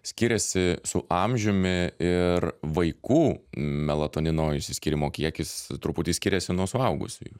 skiriasi su amžiumi ir vaikų melatonino išsiskyrimo kiekis truputį skiriasi nuo suaugusiųjų